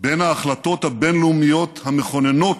בין ההחלטות הבין-לאומיות המכוננות